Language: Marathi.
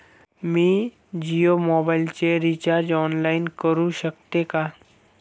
मी जियो मोबाइलचे रिचार्ज ऑनलाइन करू शकते का?